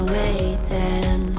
waiting